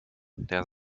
der